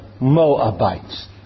Moabites